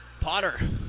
Potter